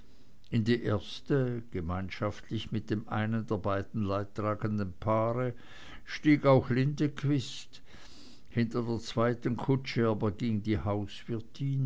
in die erste gemeinschaftlich mit dem einen der beiden leidtragenden paare stieg auch lindequist hinter der zweiten kutsche aber ging die